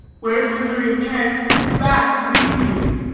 where injury of chance puts back leave-taking,